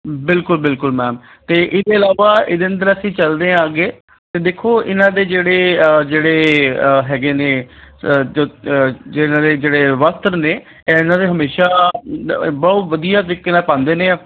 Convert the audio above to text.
ਬਿਲਕੁਲ ਬਿਲਕੁਲ ਮੈਮ ਅਤੇ ਇਹਦੇ ਇਲਾਵਾ ਇਹਦੇ ਅੰਦਰ ਅਸੀਂ ਚੱਲਦੇ ਹਾਂ ਅੱਗੇ ਅਤੇ ਦੇਖੋ ਇਹਨਾਂ ਦੇ ਜਿਹੜੇ ਜਿਹੜੇ ਹੈਗੇ ਨੇ ਜੋ ਜਿਹਨਾਂ ਨੇ ਜਿਹੜੇ ਵਸਤਰ ਨੇ ਇਹ ਇਹਨਾਂ ਦੇ ਹਮੇਸ਼ਾ ਬਹੁਤ ਵਧੀਆ ਤਰੀਕੇ ਨਾਲ ਪਾਉਂਦੇ ਨੇ